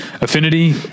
affinity